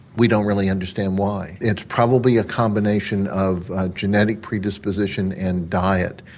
we don't really understand why, it's probably a combination of genetic predisposition and diet.